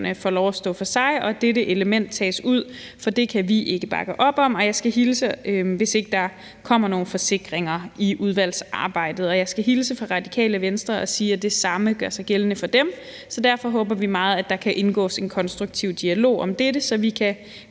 får lov at stå for sig og dette element tages ud – for det kan vi ikke bakke op om, hvis ikke der kommer nogle forsikringer i udvalgsarbejdet. Jeg skal hilse fra Radikale Venstre og sige, at det samme gør sig gældende for dem. Derfor håber vi meget, at der kan indgås i en konstruktiv dialog om dette, så vi kan